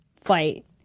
fight